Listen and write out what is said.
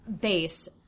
base